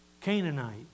Canaanite